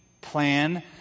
plan